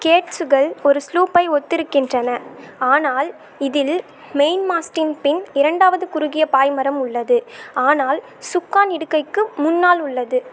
கேட்ஸ்ஸுகள் ஒரு ஸ்லூப்பை ஒத்திருக்கின்றன ஆனால் இதில் மெயின்மாஸ்க்கின் பின் இரண்டாவது குறுகிய பாய்மரம் உள்ளது ஆனால் சுக்கான் இடுகைக்கு முன்னால் உள்ளது